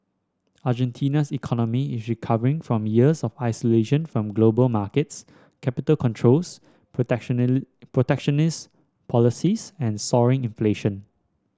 Argentina's economy is recovering from years of isolation from global markets capital controls protectionist policies and soaring inflation